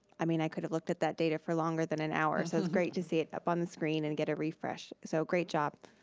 i mean i could have looked at that data for longer than an hour, so it's great to see it up on the screen and get a refresh, so great job.